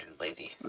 lazy